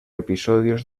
episodios